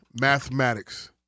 mathematics